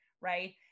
right